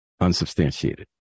unsubstantiated